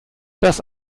das